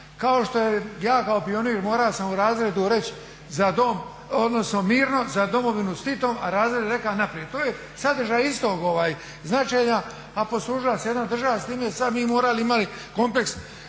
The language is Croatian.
kao što ja kao pionir mora sam u razredu reći mirno, za domovinu s Titom, a razred je reka naprijed. To je sadržaj istog značenja, a poslužila se jedna država s time i sad mi morali, imali kompleks